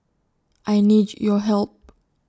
I need your help